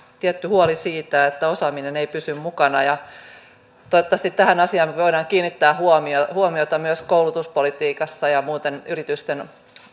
tietty huoli siitä että osaaminen ei pysy mukana toivottavasti tähän asiaan voidaan kiinnittää huomiota huomiota myös koulutuspolitiikassa ja muuten yritysten